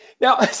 Now